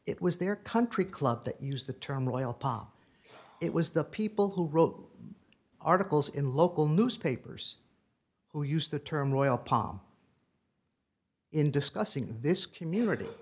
it was their country club that used the term royal palm it was the people who wrote articles in local newspapers who used the term royal palm in discussing this community